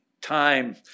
time